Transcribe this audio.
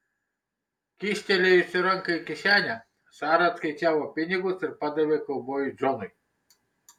kyštelėjusi ranką į kišenę sara atskaičiavo pinigus ir padavė kaubojui džonui